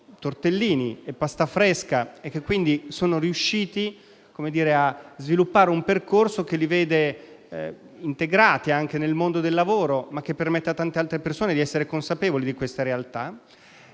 quindi sono riusciti a sviluppare un percorso che li vede integrati nel mondo del lavoro e che permette a tante altre persone di essere consapevoli di questa realtà.